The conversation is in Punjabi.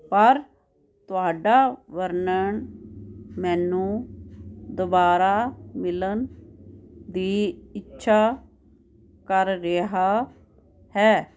ਪਰ ਤੁਹਾਡਾ ਵਰਨਣ ਮੈਨੂੰ ਦੁਬਾਰਾ ਮਿਲਣ ਦੀ ਇੱਛਾ ਕਰ ਰਿਹਾ ਹੈ